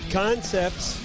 concepts